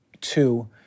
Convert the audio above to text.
Two